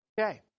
Okay